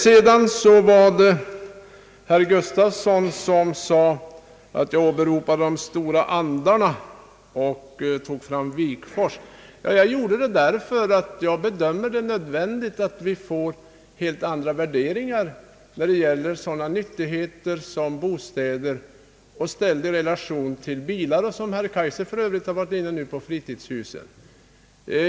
Herr Nils-Eric Gustafsson sade att jag åberopar de stora andarna och tog fram Wigforss. Jag gjorde det därför att jag bedömer det som nödvändigt att vi får helt andra värderingar av sådana nyttigheter som bostäder, i relation till bilar och fritidshus, som herr Kaijser berörde.